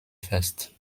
first